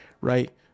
right